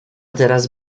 teraz